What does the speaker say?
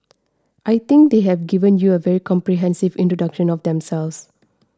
I think they have given you a very comprehensive introduction of themselves